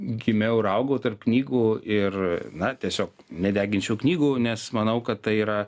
gimiau ir augau tarp knygų ir na tiesiog nedeginčiau knygų nes manau kad tai yra